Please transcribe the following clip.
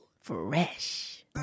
Fresh